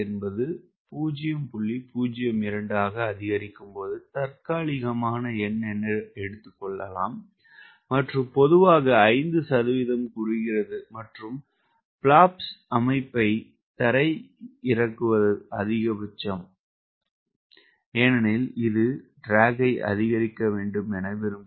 02 ஆக அதிகரிக்கும் போது தற்காலிக எண் எடுக்கப்படுகிறது மற்றும் பொதுவாக 5 சதவிகிதம் குறைகிறது மற்றும் பிலாப்ஸ் அமைப்பை தரையிறக்குவது அதிகபட்சம் ஏனெனில் இது இழுவை அதிகரிக்க வேண்டும் என விரும்புகிறோம்